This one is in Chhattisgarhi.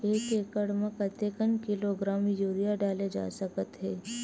एक एकड़ म कतेक किलोग्राम यूरिया डाले जा सकत हे?